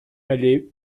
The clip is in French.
allée